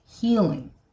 healing